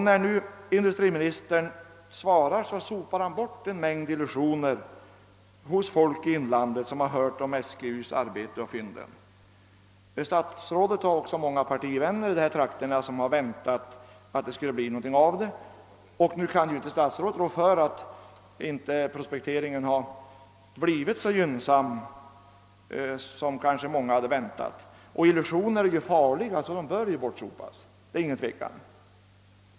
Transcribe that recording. När industriministern svarar sopar han bort en mängd illusioner hos folk i inlandet, som hört talas om SGU:s arbete och om fynden. Statsrådet har många partivänner i dessa trakter som har väntat på besked beträffande denna verksamhet. Naturligtvis kan inte statsrådet rå för att prospekteringarna inte har blivit så gynnsamma som många hade väntat, och illusioner är farliga och bör sopas bort.